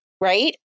right